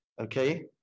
okay